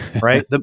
Right